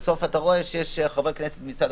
בסוף אתה רואה שמצד אחד יש חבר כנסת,